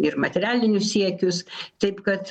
ir materialinius siekius taip kad